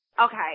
okay